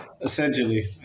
Essentially